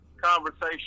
conversation